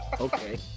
okay